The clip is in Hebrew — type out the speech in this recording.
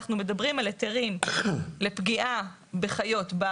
אנחנו מדברים על היתרים לפגיעה בחיות בר